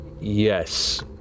yes